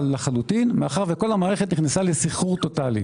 לחלוטין מאחר שכל המערכת נכנסה לסחרור טוטאלי.